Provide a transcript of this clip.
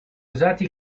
usati